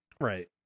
Right